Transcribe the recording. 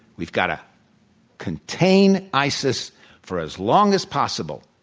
we've got to contain isis for as long as possible.